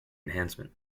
enhancement